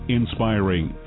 inspiring